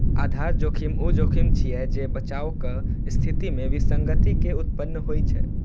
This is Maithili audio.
आधार जोखिम ऊ जोखिम छियै, जे बचावक स्थिति मे विसंगति के उत्पन्न होइ छै